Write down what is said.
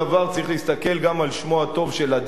צריך להסתכל גם על שמו הטוב של אדם,